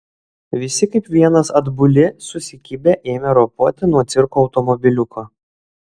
visi kaip vienas atbuli susikibę ėmė ropoti nuo cirko automobiliuko